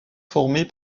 formé